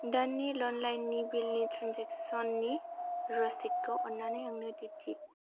दाननि लेन्डलाइननि बिलनि ट्रेन्जेकसननि रसिदखौ अन्नानै आंनो दिन्थि